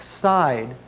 side